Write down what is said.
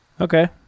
Okay